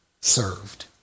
served